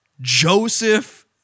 Joseph